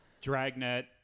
Dragnet